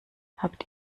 habt